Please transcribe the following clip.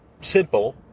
simple